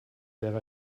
wäre